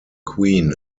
queen